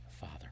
Father